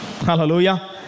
Hallelujah